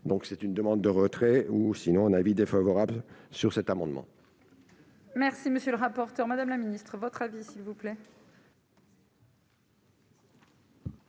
donc c'est une demande de retrait ou sinon un avis défavorable sur cet amendement. Merci, monsieur le rapporteur, Madame la Ministre votre avis s'il vous plaît.